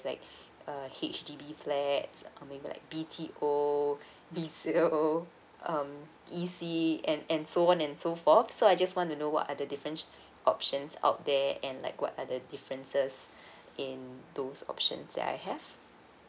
like H_D_B flats or maybe like B_T_O resale um E_C and and so on and so forth so I just want to know what are the different options out there and like what are the differences in those options that I have